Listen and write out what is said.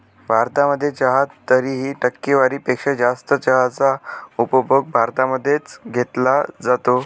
भारतामध्ये चहा तरीही, टक्केवारी पेक्षा जास्त चहाचा उपभोग भारतामध्ये च घेतला जातो